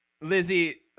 Lizzie